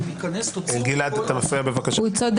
את לא היית פה בכלל, את לא היית פה.